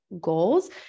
goals